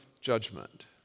judgment